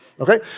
Okay